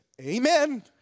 Amen